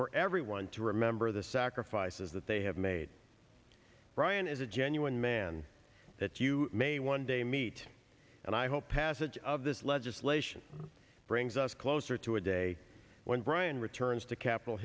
for everyone to remember the sacrifices that they have made brian is a genuine man that you may one day meet and i hope passage of this legislation brings us closer to a day when brian returns to capitol